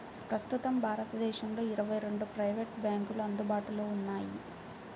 ప్రస్తుతం భారతదేశంలో ఇరవై రెండు ప్రైవేట్ బ్యాంకులు అందుబాటులో ఉన్నాయి